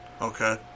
Okay